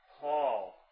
Paul